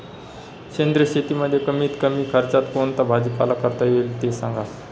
सेंद्रिय शेतीमध्ये कमीत कमी खर्चात कोणता भाजीपाला करता येईल ते सांगा